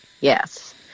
Yes